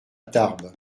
tarbes